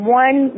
one